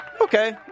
Okay